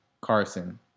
Carson